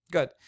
Good